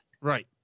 Right